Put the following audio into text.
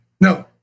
No